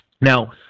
Now